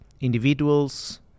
individuals